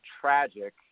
tragic